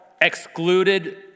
excluded